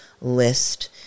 list